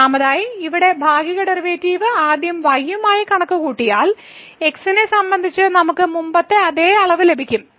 ഒന്നാമതായി ഇവിടെ ഭാഗിക ഡെറിവേറ്റീവ് ആദ്യം y യുമായി കണക്കുകൂട്ടിയാൽ x നെ സംബന്ധിച്ച് നമുക്ക് മുമ്പത്തെ അതേ അളവ് ലഭിക്കും